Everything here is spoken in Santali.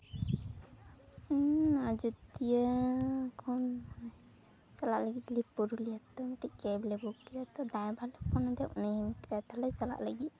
ᱤᱧ ᱟᱡᱚᱫᱤᱭᱟᱹ ᱠᱷᱚᱱ ᱪᱟᱞᱟᱜ ᱞᱟᱹᱜᱤᱫ ᱛᱮ ᱯᱩᱨᱩᱞᱤᱭᱟᱹ ᱛᱮ ᱢᱤᱫᱴᱤᱡ ᱠᱮᱵ ᱞᱮ ᱵᱩᱠ ᱠᱮᱫᱟ ᱛᱚ ᱰᱟᱭᱵᱷᱟᱨ ᱞᱮ ᱯᱷᱳᱱ ᱟᱫᱮᱭᱟ ᱛᱚ ᱩᱱᱤᱭ ᱢᱮᱱ ᱠᱮᱫᱟ ᱛᱟᱞᱚᱦᱮ ᱪᱟᱞᱟᱜ ᱞᱟᱹᱜᱤᱫ